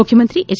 ಮುಖ್ಯಮಂತ್ರಿ ಹೆಚ್